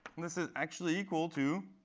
this is actually equal to